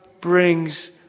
brings